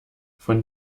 von